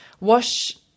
wash